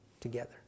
together